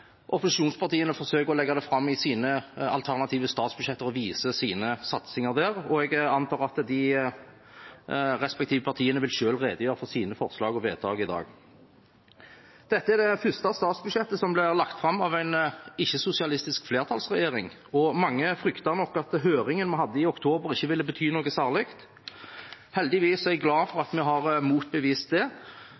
sine satsinger der. Jeg antar at de respektive partiene selv vil redegjøre for sine forslag og vedtak i dag. Dette er det første statsbudsjettet som blir lagt fram av en ikke-sosialistisk flertallsregjering, og mange fryktet nok at høringen vi hadde i oktober, ikke ville bety noe særlig. Heldigvis er jeg glad for